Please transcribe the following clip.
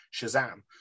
Shazam